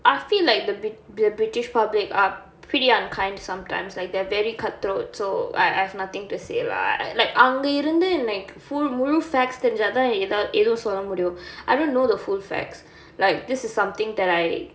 I feel like the brit~ the british public are pretty unkind sometimes like they're very cut throat so I I've nothing to say lah I like அங்கே இருந்து:anga irunthu like full முழு:mulu facts தெரிஞ்சாதான் எதாவ~ எதுவோ சொல்ல முடியோ:terinjaathaan ethava~ ethuvo solla mudiyo I don't know the full facts like this is something that I